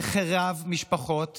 שחרב משפחות